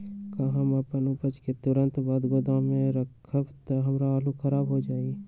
का हम उपज के तुरंत बाद गोदाम में रखम त हमार आलू खराब हो जाइ?